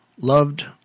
loved